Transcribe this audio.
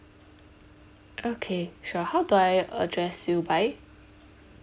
okay sure how do I address you by